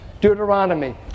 Deuteronomy